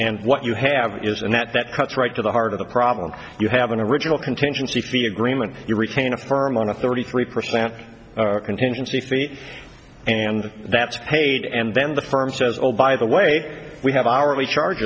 and what you have is and that that cuts right to the heart of the problem you have an original contingency fee agreement you retain a firm on a thirty three percent contingency fee and that's paid and then the firm says oh by the way we have our least charge